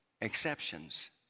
exceptions